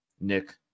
Nick